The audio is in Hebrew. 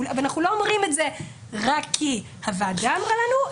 אנחנו לא אומרים את זה רק כי הוועדה אמרה לנו,